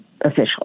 official